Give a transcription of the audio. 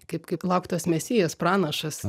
kaip kaip lauktas mesijas pranašas